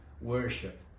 worship